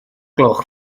gloch